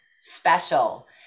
special